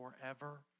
forever